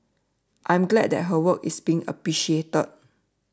I am glad that her work is being appreciated